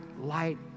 light